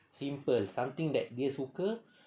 simple something that dia suka